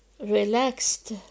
relaxed